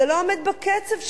זה לא עומד בקצב שלו,